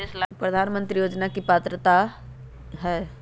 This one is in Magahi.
प्रधानमंत्री योजना के की की पात्रता है?